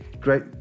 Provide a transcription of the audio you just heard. Great